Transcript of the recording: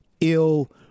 ill